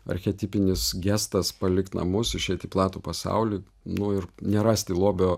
archetipinis gestas palikt namus išeit į platų pasaulį nu ir nerasti lobio